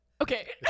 okay